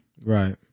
right